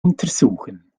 untersuchen